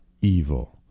evil